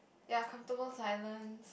ya comfortable silence